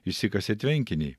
išsikasė tvenkinį